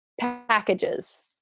packages